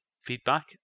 feedback